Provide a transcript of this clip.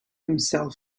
himself